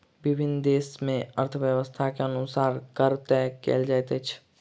विभिन्न देस मे अर्थव्यवस्था के अनुसार कर तय कयल जाइत अछि